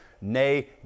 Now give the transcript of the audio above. nay